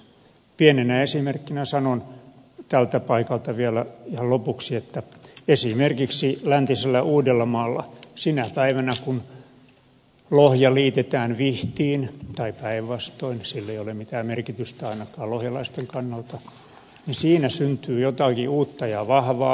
pienenä esimerkkinä sanon tältä paikalta vielä ihan lopuksi että esimerkiksi läntisellä uudellamaalla sinä päivänä kun lohja liitetään vihtiin tai päinvastoin sillä ei ole mitään merkitystä ainakaan lohjalaisten kannalta siinä syntyy jotakin uutta ja vahvaa